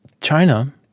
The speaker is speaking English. China